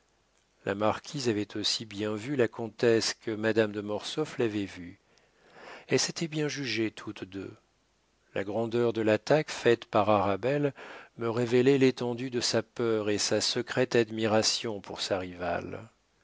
la marquise avait aussi bien vu la comtesse que madame de mortsauf l'avait vue elles s'étaient bien jugées toutes deux la grandeur de l'attaque faite par arabelle me révélait l'étendue de sa peur et sa secrète admiration pour sa rivale